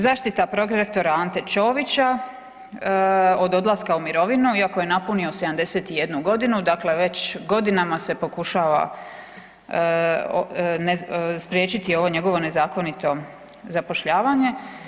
Zaštita prorektora Ante Ćovića od odlaska u mirovinu iako je napunio 71 godinu, dakle već godinama se pokušava spriječiti ovo njegovo nezakonito zapošljavanje.